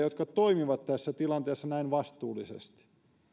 jotka toimivat tässä tilanteessa näin vastuullisesti